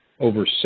over